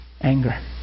anger